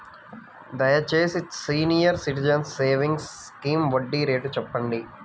దయచేసి senior citizens savings scheme వడ్డీ rate చెప్పండి